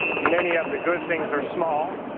many of the good things are small.